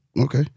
okay